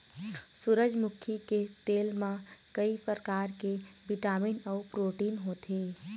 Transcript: सूरजमुखी के तेल म कइ परकार के बिटामिन अउ प्रोटीन होथे